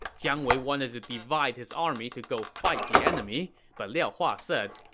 jiang wei wanted to divide his army to go fight the enemy, but liao hua said,